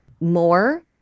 more